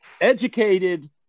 educated